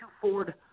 Ford